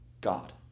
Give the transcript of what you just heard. God